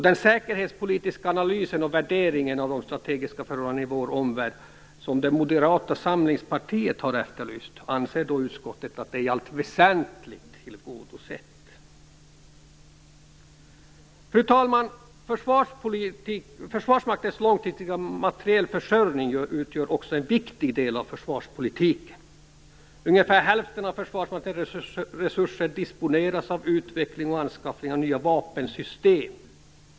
Den säkerhetspolitiska analysen och värderingen av de strategiska förhållandena i vår omvärld, som Moderata samlingspartiet har efterlyst, anser utskottet att det i allt väsentligt tillgodosett. Fru talman! Försvarsmaktens långsiktiga materielförsörjning utgör också en viktig del av försvarspolitiken. Ungefär hälften av Försvarsmaktens resurser disponeras av utveckling och anskaffning av nya vapensystem.